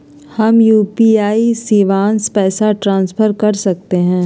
हम यू.पी.आई शिवांश पैसा ट्रांसफर कर सकते हैं?